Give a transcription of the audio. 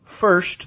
First